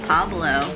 Pablo